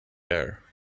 air